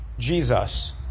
Jesus